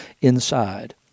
inside